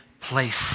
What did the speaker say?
place